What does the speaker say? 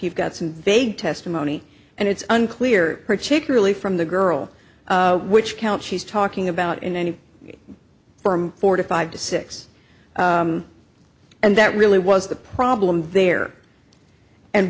you've got some vague testimony and it's unclear particularly from the girl which count she's talking about in any form forty five to six and that really was the problem there and